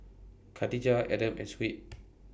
Khatijah Adam and Shuib